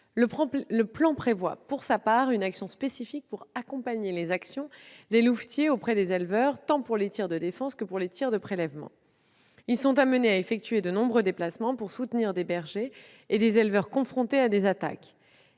Le plan prévoit par ailleurs une action spécifique pour accompagner les actions des louvetiers auprès des éleveurs, tant pour les tirs de défense que pour les tirs de prélèvement. Les louvetiers sont amenés à effectuer de nombreux déplacements pour soutenir des bergers et des éleveurs confrontés à des attaques.